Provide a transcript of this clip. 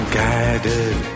guided